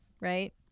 right